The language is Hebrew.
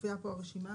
מופיעה פה הרשימה,